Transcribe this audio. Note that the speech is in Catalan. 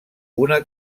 una